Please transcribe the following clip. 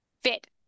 fit